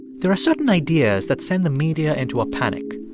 there are certain ideas that send the media into a panic.